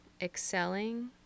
excelling